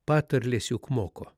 patarlės juk moko